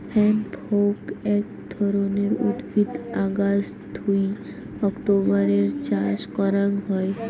hemp হউক আক ধরণের উদ্ভিদ অগাস্ট থুই অক্টোবরের চাষ করাং হই